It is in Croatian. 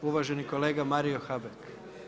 Uvaženi kolega Mario Habek.